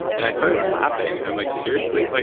and i started laughing. i'm like, seriously? like